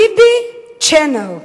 Bibi Channel .